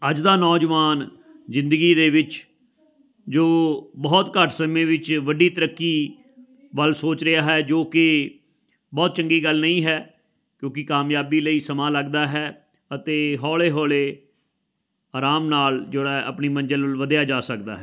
ਅੱਜ ਦਾ ਨੌਜਵਾਨ ਜ਼ਿੰਦਗੀ ਦੇ ਵਿੱਚ ਜੋ ਬਹੁਤ ਘੱਟ ਸਮੇਂ ਵਿੱਚ ਵੱਡੀ ਤਰੱਕੀ ਵੱਲ ਸੋਚ ਰਿਹਾ ਹੈ ਜੋ ਕਿ ਬਹੁਤ ਚੰਗੀ ਗੱਲ ਨਹੀਂ ਹੈ ਕਿਉਂਕਿ ਕਾਮਯਾਬੀ ਲਈ ਸਮਾਂ ਲੱਗਦਾ ਹੈ ਅਤੇ ਹੌਲੇ ਹੌਲੇ ਆਰਾਮ ਨਾਲ ਜਿਹੜਾ ਹੈ ਆਪਣੀ ਮੰਜ਼ਿਲ ਵੱਲ ਵਧਿਆ ਜਾ ਸਕਦਾ ਹੈ